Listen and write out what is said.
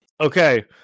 Okay